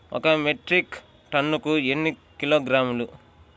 ఒక మెట్రిక్ టన్నుకు ఎన్ని కిలోగ్రాములు?